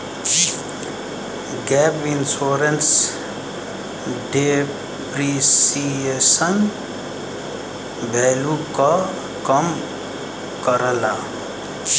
gap insurance depreciation value क कम करला